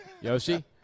Yoshi